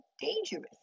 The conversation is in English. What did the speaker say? dangerous